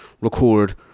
record